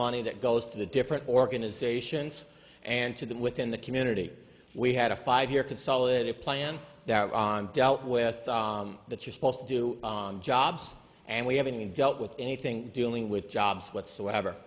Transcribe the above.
money that goes to the different organizations and to them within the community we had a five year consolidate plan that i'm dealt with that you're supposed to do jobs and we haven't dealt with anything dealing with jobs whatsoever